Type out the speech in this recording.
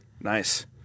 Nice